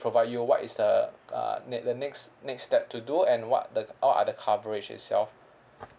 provide you what is the uh next the next next step to do and what the what are the coverage itself